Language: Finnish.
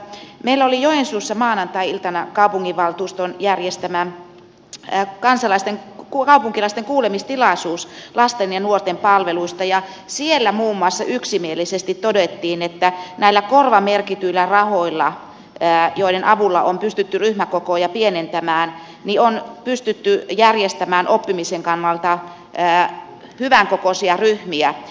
meillä oli joensuussa maanantai iltana kaupunginvaltuuston järjestämä kaupunkilaisten kuulemistilaisuus lasten ja nuorten palveluista ja siellä yksimielisesti muun muassa todettiin että näillä korvamerkityillä rahoilla joiden avulla on pystytty ryhmäkokoja pienentämään on pystytty järjestämään oppimisen kannalta hyvän kokoisia ryhmiä